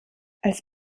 als